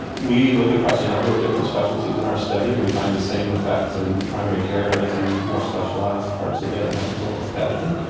we look across a number of different specialties in our study and we find the same effects in primary care as in more specialised parts of the medical establishment.